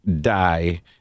die